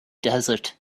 desert